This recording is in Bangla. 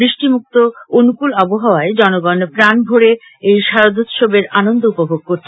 বৃষ্টিমুক্ত অনুকুল আবহাওয়ায় জনগণ প্রানভরে এই শারদোৎসবের আনন্দ উপভোগ করছেন